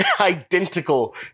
Identical